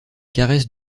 caresses